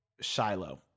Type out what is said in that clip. Shiloh